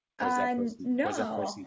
No